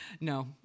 No